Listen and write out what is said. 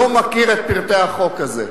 לא מכיר את פרטי החוק הזה.